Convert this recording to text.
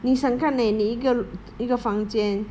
你想看 leh 你一个一个房间